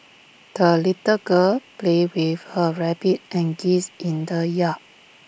the little girl played with her rabbit and geese in the yard